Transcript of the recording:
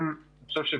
כי צריך גם